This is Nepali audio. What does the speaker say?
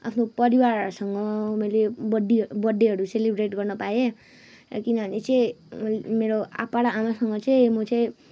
आफ्नो परिवारहरूसँग मैले बर्थडेहरू बर्थडेहरू सेलिब्रेट गर्न पाएँ किनभने चाहिँ मेरो आप्पा र आमासँग चाहिँ म चाहिँ